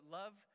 love